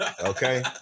Okay